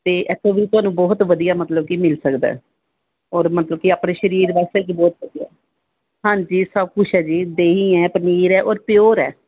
ਅਤੇ ਇੱਥੋਂ ਵੀ ਤੁਹਾਨੂੰ ਬਹੁਤ ਵਧੀਆ ਮਤਲਬ ਕਿ ਮਿਲ ਸਕਦਾ ਔਰ ਮਤਲਬ ਕਿ ਆਪਣੇ ਸਰੀਰ ਵਾਸਤੇ ਵੀ ਬਹੁਤ ਵਧੀਆ ਹਾਂਜੀ ਸਭ ਕੁਛ ਹੈ ਜੀ ਦਹੀਂ ਹੈ ਪਨੀਰ ਹੈ ਔਰ ਪਿਓਰ ਹੈ